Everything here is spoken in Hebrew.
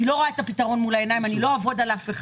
אני לא רואה את הפתרון מול העיניים כמו שאני רואה במתמחים,